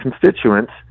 constituents